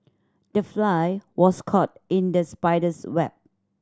the fly was caught in the spider's web